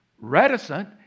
reticent